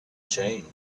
changed